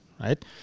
right